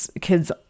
kids